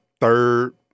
third